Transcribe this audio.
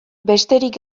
besterik